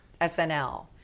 SNL